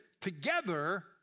together